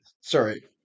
sorry